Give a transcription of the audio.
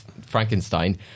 Frankenstein